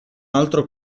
altro